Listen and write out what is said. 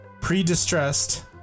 pre-distressed